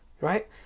Right